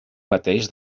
mateix